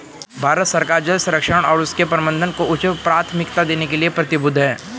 भारत सरकार जल संरक्षण और उसके प्रबंधन को उच्च प्राथमिकता देने के लिए प्रतिबद्ध है